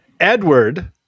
Edward